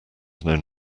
known